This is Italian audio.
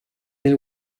nel